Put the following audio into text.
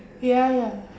ya ya